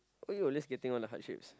why you always getting all the heart shapes